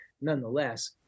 Nonetheless